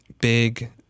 big